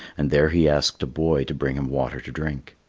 and there he asked a boy to bring him water to drink.